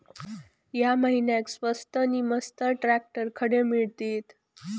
या महिन्याक स्वस्त नी मस्त ट्रॅक्टर खडे मिळतीत?